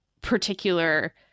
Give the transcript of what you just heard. particular